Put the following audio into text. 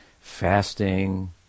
fasting